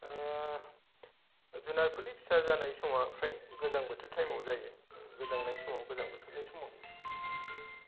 जुनारफोरनि फिसा जानाय समा फ्राय गोजां बोथोर तायेमाव जायो गोजांनाय समाव गोजां बोथोरनि समाव